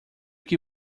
que